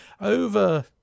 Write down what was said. over